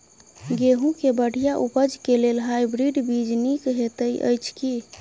गेंहूँ केँ बढ़िया उपज केँ लेल हाइब्रिड बीज नीक हएत अछि की?